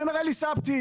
אני אומר אלי סבטי,